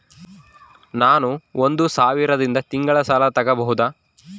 ನಾನು ಒಂದು ಸಾವಿರದಿಂದ ತಿಂಗಳ ಸಾಲ ತಗಬಹುದಾ?